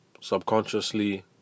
Subconsciously